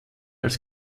als